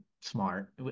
smart